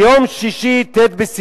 ביום שישי, ט' בסיוון,